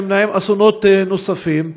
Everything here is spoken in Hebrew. נמנעים אסונות נוספים.